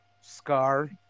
Scar